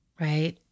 right